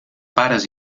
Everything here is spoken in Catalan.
pares